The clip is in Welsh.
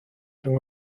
rhwng